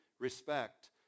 respect